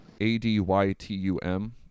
A-D-Y-T-U-M